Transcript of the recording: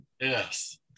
Yes